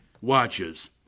watches